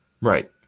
right